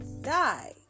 die